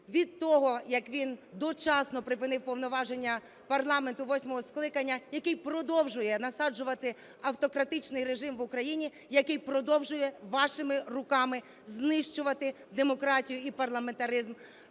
від того, як він дочасно припинив повноваження парламенту восьмого скликання, який продовжує насаджувати автократичний режим в Україні, який продовжує вашими руками знищувати демократію і парламентаризм